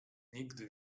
nigdy